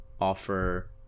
offer